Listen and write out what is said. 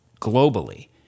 globally